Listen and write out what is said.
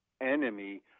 enemy